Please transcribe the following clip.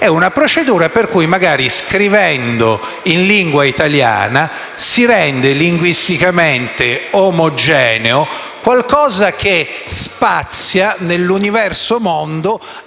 È una procedura per cui, scrivendo in lingua italiana, si rende linguisticamente omogeneo qualcosa che spazia però nell'universo mondo